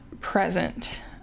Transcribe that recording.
present